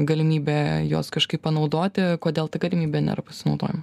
galimybė juos kažkaip panaudoti kodėl ta galimybe nėra pasinaudojama